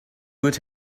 would